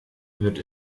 wird